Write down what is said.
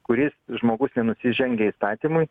kuris žmogus nenusižengia įstatymui